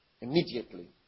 immediately